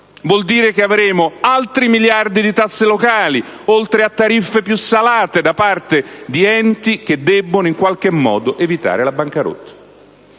vuol dire che avremo altri miliardi di tasse locali, oltre a tariffe più salate, da parte di enti che devono in qualche modo evitare la bancarotta.